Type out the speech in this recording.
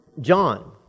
John